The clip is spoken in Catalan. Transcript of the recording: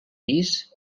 pis